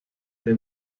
the